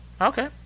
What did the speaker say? Okay